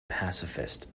pacifist